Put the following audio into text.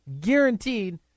guaranteed